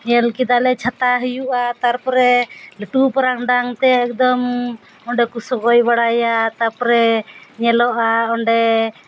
ᱧᱮᱞ ᱠᱮᱫᱟ ᱞᱮ ᱪᱷᱟᱛᱟ ᱦᱩᱭᱩᱜᱼᱟ ᱛᱟᱨᱯᱚᱨᱮ ᱞᱟᱹᱴᱩ ᱯᱟᱨᱟᱝ ᱰᱟᱝ ᱛᱮ ᱮᱠᱫᱚᱢ ᱚᱸᱰᱮ ᱠᱚ ᱥᱚᱜᱚᱭ ᱵᱟᱲᱟᱭᱟ ᱛᱟᱯᱚᱨᱮ ᱧᱮᱞᱚᱜᱼᱟ ᱚᱸᱰᱮ